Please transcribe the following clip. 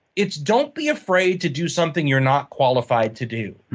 it's don't be afraid to do something you're not qualified to do.